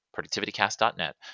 productivitycast.net